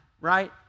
right